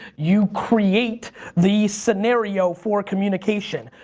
you create the scenario for communication.